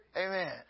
Amen